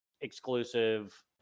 exclusive